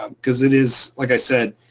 um cause it is, like i said,